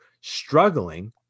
struggling